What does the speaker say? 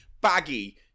baggy